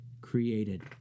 created